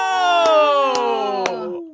oh oh,